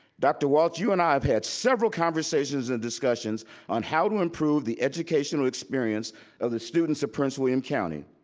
dr. walts, you and i have had several conversations and discussions on how to improve the educational experience of the students of prince william county.